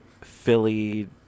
Philly